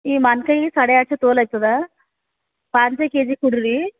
ಈ ಮಾನ್ಕಾಯಿ ಸಾಡೆ ಆಟ್ಶೇ ತೊಲಾಯ್ತದ ಪಾಂಶೇ ಕೆ ಜಿ ಕೊಡ್ರಿ